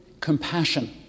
compassion